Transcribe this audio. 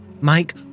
Mike